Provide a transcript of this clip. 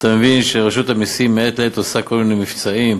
אתה מבין שרשות המסים מעת לעת עושה כל מיני מבצעים,